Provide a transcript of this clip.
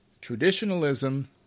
Traditionalism